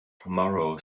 tomorrow